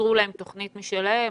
יצרו להם תוכנית משלהם,